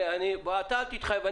אתה אל תתחייב.